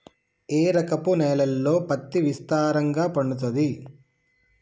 ఏ రకపు నేలల్లో పత్తి విస్తారంగా పండుతది?